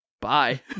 bye